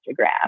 Instagram